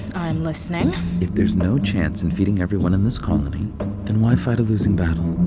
i'm listening if there's no chance in feeding everyone in this colony then why fight a losing battle?